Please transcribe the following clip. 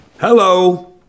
Hello